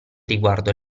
riguardo